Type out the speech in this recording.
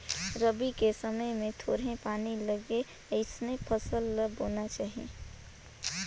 रबी के समय मे थोरहें पानी लगे अइसन फसल ल बोना चाही